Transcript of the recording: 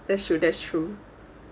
that's true that's true